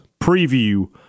preview